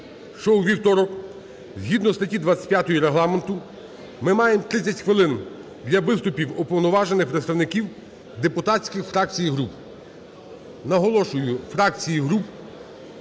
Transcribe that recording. що у вівторок згідно статті 25 Регламенту ми маємо 30 хвилин для виступів уповноважених представників депутатських фракцій і груп. Наголошую, фракцій і груп.